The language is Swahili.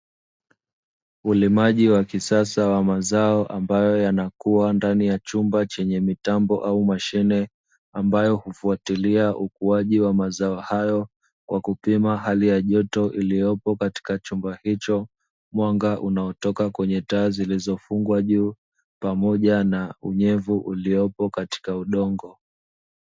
Ulimaji wa kisasa wa mazao ambayo yanakuwa ndani ya chumba chenye mitambo au mashine, ambayo hufuatilia ukuaji wa mazao hayo kwa kupima hali ya joto iliyopo katika chumba hicho, mwanga unaotoka kwenye taa zilizofungwa juu pamoja na unyevu uliopo katika udongo.